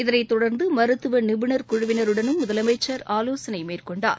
இதனைத் தொடர்ந்து மருத்துவ நிபுணர் குழுவினருடனும் முதலனமச்சர் ஆலோசனை மேற்கொண்டார்